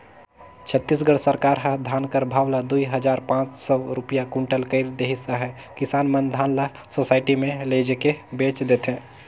छत्तीसगढ़ सरकार ह धान कर भाव ल दुई हजार पाच सव रूपिया कुटल कइर देहिस अहे किसान मन धान ल सुसइटी मे लेइजके बेच देथे